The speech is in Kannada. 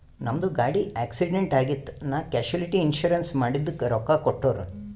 ನಮ್ದು ಗಾಡಿ ಆಕ್ಸಿಡೆಂಟ್ ಆಗಿತ್ ನಾ ಕ್ಯಾಶುಲಿಟಿ ಇನ್ಸೂರೆನ್ಸ್ ಮಾಡಿದುಕ್ ರೊಕ್ಕಾ ಕೊಟ್ಟೂರ್